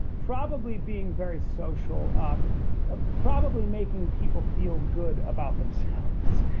probably being very social um ah probably making people feel good about themselves.